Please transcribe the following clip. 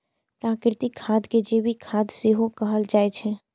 प्राकृतिक खाद कें जैविक खाद सेहो कहल जाइ छै